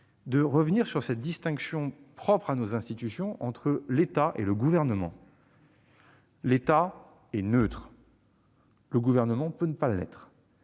-de revenir sur cette distinction propre à nos institutions entre État et gouvernement. L'État est neutre ; le Gouvernement peut ne pas l'être.